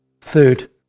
third